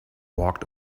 walked